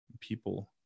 people